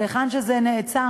והיכן שזה נעצר,